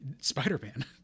Spider-Man